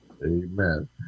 Amen